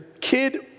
kid